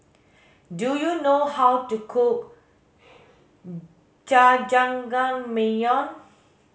do you know how to cook Jajangmyeon